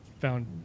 found